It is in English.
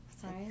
Sorry